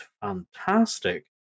fantastic